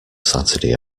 saturday